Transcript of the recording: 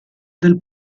del